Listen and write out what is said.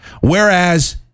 Whereas